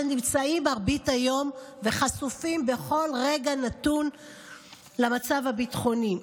שנמצאים מרבית היום חשופים בכל רגע נתון למצב הביטחוני?